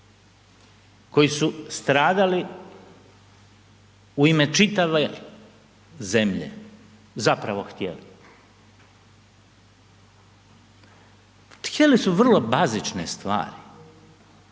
koji su stradali u ime čitave zemlje zapravo htjeli? Htjeli su vrlo bazične stvari,